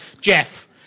Jeff